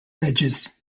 edges